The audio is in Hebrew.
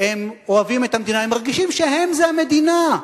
אוהבים את המדינה, מרגישים שהם זה המדינה.